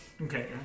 Okay